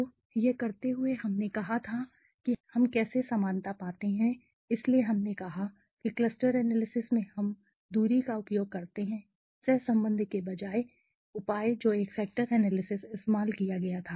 तो यह करते हुए हम ने कहा था कि हम कैसे समानता पाते हैं इसलिए हमने कहा कि क्लस्टर एनालिसिस में हम दूरी का उपयोग करते हैं सहसंबंध के बजाय उपाय जो एक फैक्टर एनालिसिस इस्तेमाल किया गया था